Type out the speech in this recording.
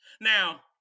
now